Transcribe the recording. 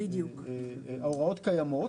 ההוראות הקיימות